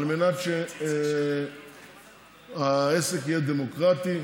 על מנת שהעסק יהיה דמוקרטי,